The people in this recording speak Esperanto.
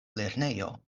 lernejo